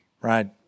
right